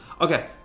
Okay